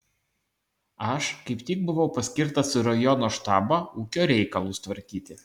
aš kaip tik buvau paskirtas į rajono štabą ūkio reikalus tvarkyti